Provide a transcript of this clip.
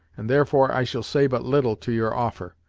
and therefore i shall say but little to your offer.